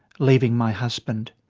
leaving my husband.